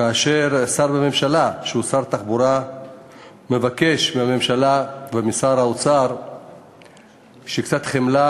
כאשר שר בממשלה שהוא שר התחבורה מבקש מהממשלה ומשר האוצר קצת חמלה,